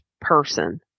person